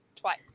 Twice